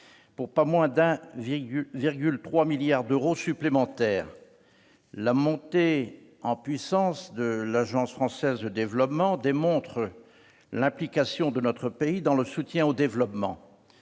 pour pas moins de 1,3 milliard d'euros supplémentaires. La montée en puissance de l'Agence française de développement démontre l'implication de notre pays dans le soutien au développement